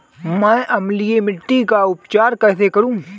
मैं अम्लीय मिट्टी का उपचार कैसे करूं?